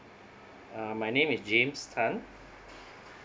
um my name is james tan